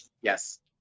Yes